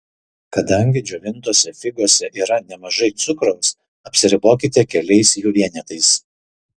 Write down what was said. kadangi džiovintose figose yra nemažai cukraus apsiribokite keliais jų vienetais